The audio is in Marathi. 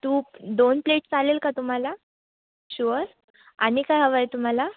तूप दोन प्लेट चालेल का तुम्हाला शुअर आणि काय हवं आहे तुम्हाला